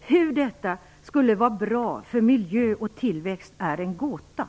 Hur detta skulle kunna vara bra för miljö och tillväxt är en gåta.